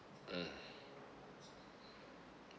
mm